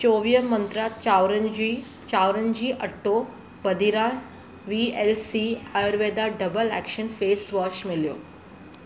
चौवीह मंत्रा चांवरनि जी चांवरनि जे अटो बदिरां वी L C C Ayurveda double action face wash मिलियो